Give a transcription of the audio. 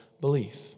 belief